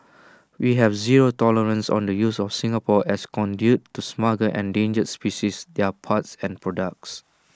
we have zero tolerance on the use of Singapore as conduit to smuggle endangered species their parts and products